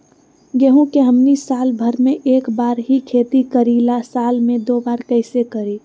गेंहू के हमनी साल भर मे एक बार ही खेती करीला साल में दो बार कैसे करी?